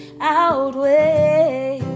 outweigh